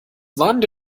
warnende